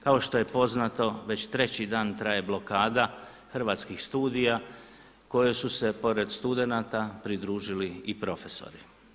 Kao što je poznato već treći dan traje blokada Hrvatskih studija kojoj su se pored studenata pridružili i profesori.